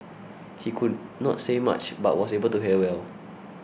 he could not say much but was able to hear well